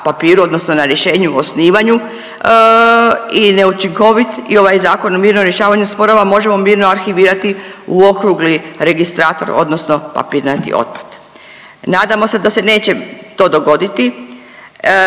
odnosno na rješenju o osnivanju i neučinkovit i ovaj Zakon o mirnom rješavanju sporova možemo mirno arhivirati u okrugli registrator odnosno papirnati otpad. Nadamo se da se neće to dogoditi